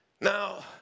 Now